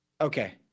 okay